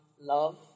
love